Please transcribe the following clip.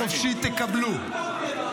חבר הכנסת אלמוג כהן, קריאה ראשונה.